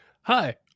hi